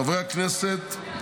חברי הכנסת,